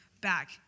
back